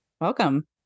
Welcome